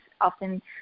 often